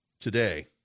today